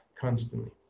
constantly